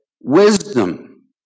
wisdom